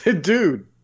Dude